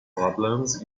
problems